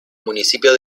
municipio